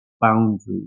boundaries